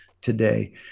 today